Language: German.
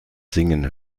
singen